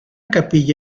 capilla